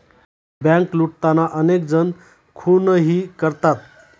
bank लुटताना अनेक जण खूनही करतात